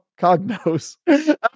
cognos